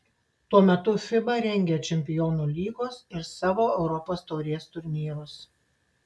tuo metu fiba rengia čempionų lygos ir savo europos taurės turnyrus